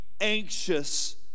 anxious